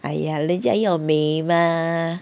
!aiya! 人家要美 mah